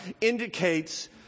indicates